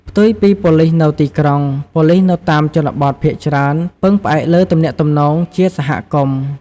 ផ្ទុយពីប៉ូលិសនៅទីក្រុង ប៉ូលិសនៅតាមជនបទភាគច្រើនពឹងផ្អែកលើទំនាក់ទំនងជាសហគមន៍ ។